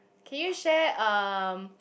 can you share um